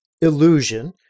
illusion